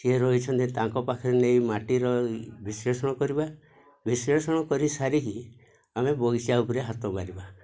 ସିଏ ରହିଛନ୍ତି ତାଙ୍କ ପାଖରେ ନେଇ ମାଟିର ବିଶ୍ଲେଷଣ କରିବା ବିଶ୍ଲେଷଣ କରି ସାରିକି ଆମେ ବଗିଚା ଉପରେ ହାତ ମାରିବା